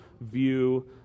view